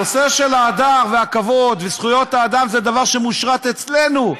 הנושא של ההדר והכבוד וזכויות האדם זה דבר שמושתת אצלנו,